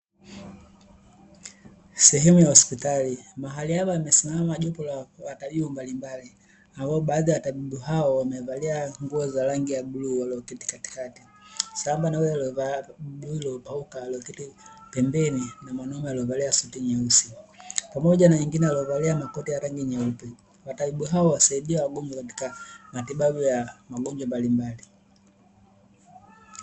Sehemu ya hospitali mahali hapa imesimama jimbo la matabibu mbalimbali ambao baadhi ya watabibu hao wamevalia nguo za rangi ya bluu walioketi katikati, na pembeni kukiwa mwanaume aliovalia suti nyeusi pamoja na nyingine aliovalia makoti rangi nyeupe. Watabibu hao wanasaidia wagonjwa katika matibabu ya magonjwa mbalimbali.